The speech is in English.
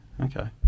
Okay